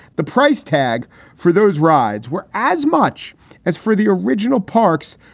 the price tag for those rides were as much as for the original parks.